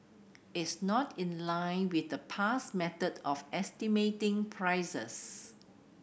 it's not in line with the past method of estimating prices